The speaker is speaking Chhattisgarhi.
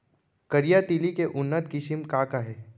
करिया तिलि के उन्नत किसिम का का हे?